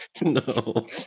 No